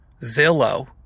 Zillow